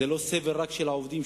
זה לא סבל רק של העובדים,